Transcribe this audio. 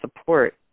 support